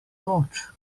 noč